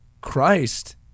Christ